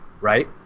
right